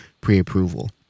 pre-approval